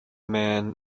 man